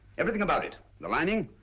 everything about it, the lining,